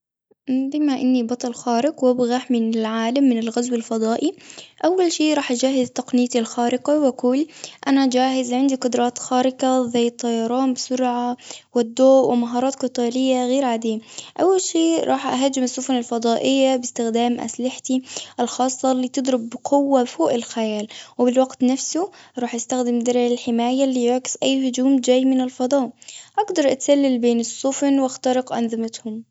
اه بما إني بطل خارق، وابغى أحمي من العالم، من الغزو الفضائي. أول شي راح أجهز تقنيتي الخارقة، وأقول أنا جاهز. عندي قدرات خارقة، زي الطيران بسرعة، والضوء، ومهارات قتالية غير عادية. أول شي راح أهاجم السفن الفضائية، باستخدام أسلحتي الخاصة، اللي تضرب بقوة فوق الخيال. وبالوقت نفسه راح استخدم درع الحماية، اللي يعكس أي هجوم جاي من الفضاء. أقدر اتسلل بين السفن واخترق أنظمتهم.